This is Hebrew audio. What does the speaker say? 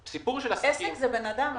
הסיפור של עסקים --- עסק זה בן אדם.